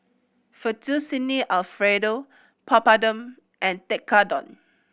Fettuccine Alfredo Papadum and Tekkadon